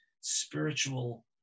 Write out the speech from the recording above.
spiritual